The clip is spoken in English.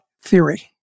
theory